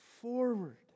forward